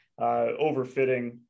overfitting